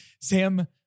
Sam